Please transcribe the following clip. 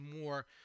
more